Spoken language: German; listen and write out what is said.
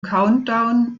countdown